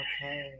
Okay